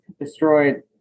destroyed